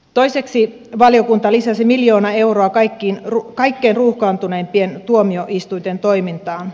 toiseksi valiokunta lisäsi miljoona euroa kaikkein ruuhkaantuneimpien tuomioistuinten toimintaan